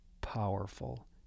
powerful